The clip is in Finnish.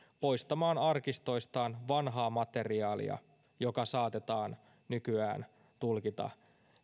poistamaan arkistoistaan vanhaa materiaalia joka saatetaan nykyään tulkita